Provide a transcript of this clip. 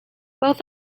both